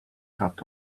cut